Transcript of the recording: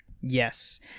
yes